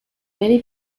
many